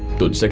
don't